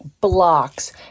blocks